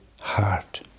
heart